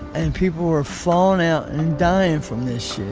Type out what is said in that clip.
and people were falling out and and dying from this